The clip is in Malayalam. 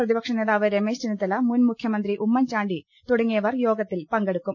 പ്രതിപക്ഷ നേതാവ് രമേശ് ചെന്നി ത്തല മുൻ മുഖ്യമന്ത്രി ഉമ്മൻചാണ്ടി തുട്ങ്ങിയവർ യോഗത്തിൽ പങ്കെടുക്കും